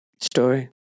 Story